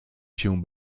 się